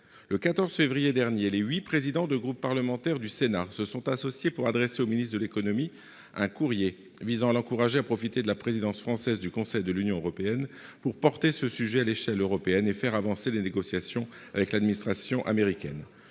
Le 14 février 2022, les huit présidents de groupe parlementaire du Sénat se sont associés pour adresser au ministre de l'économie un courrier, visant à l'encourager à profiter de la présidence française du Conseil de l'Union européenne (PFUE) pour porter le sujet à l'échelle européenne et faire avancer les négociations avec l'administration américaine.